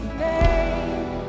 name